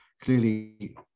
clearly